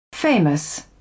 Famous